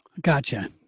Gotcha